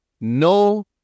No